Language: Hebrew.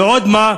ועוד מה,